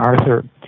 Arthur